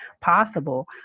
possible